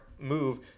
move